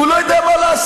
והוא לא יודע מה לעשות,